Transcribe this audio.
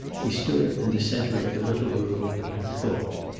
he stood in the center of the little room and thought.